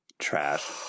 Trash